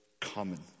common